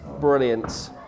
brilliant